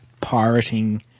pirating